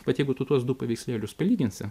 vat jeigu tu tuos du paveikslėlius palyginsi